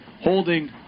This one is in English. holding